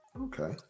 Okay